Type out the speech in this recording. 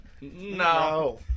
No